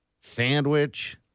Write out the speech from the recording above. Sandwich